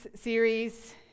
series